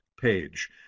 page